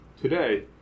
today